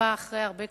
ועברה אחרי קשיים,